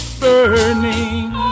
burning